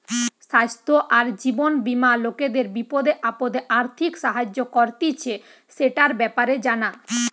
স্বাস্থ্য আর জীবন বীমা লোকদের বিপদে আপদে আর্থিক সাহায্য করতিছে, সেটার ব্যাপারে জানা